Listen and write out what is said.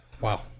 Wow